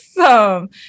Awesome